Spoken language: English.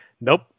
nope